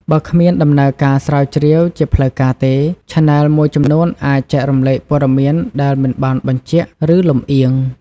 បើគ្មានដំណើរការស្រាវជ្រាវជាផ្លូវការទេ ឆានែលមួយចំនួនអាចចែករំលែកព័ត៌មានដែលមិនបានបញ្ជាក់ ឬលំអៀង។